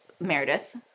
Meredith